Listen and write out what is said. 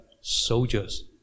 soldiers